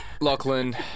Lachlan